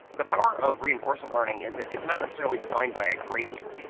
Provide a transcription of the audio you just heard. the power of reinforcement learning is that it's not necessarily defined by a gradient.